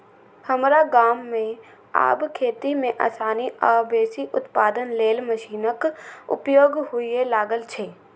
हमरा गाम मे आब खेती मे आसानी आ बेसी उत्पादन लेल मशीनक उपयोग हुअय लागल छै